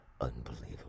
unbelievable